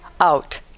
out